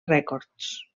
records